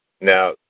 now